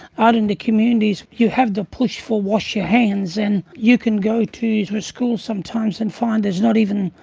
out in the communities, you have to push for wash your hands and you can go to the schools sometimes and find there's not even,